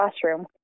classroom